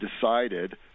Decided